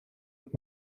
und